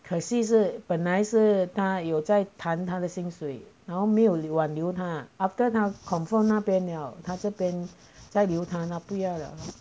可惜是本来是他有在谈他的薪水然后没有留挽留他 after 他 confirm 那边了他这边在留他他不要了